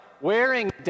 wearing